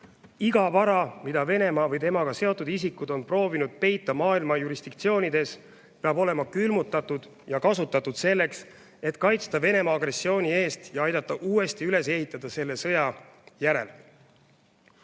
kogu vara, mida Venemaa või temaga seotud isikud on proovinud peita maailma jurisdiktsioonides, peab olema külmutatud ja kasutatud selleks, et kaitsta Ukrainat Venemaa agressiooni eest ja aidata uuesti üles ehitada selle sõja järel.